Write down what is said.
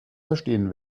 verstehen